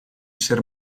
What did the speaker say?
ser